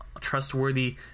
trustworthy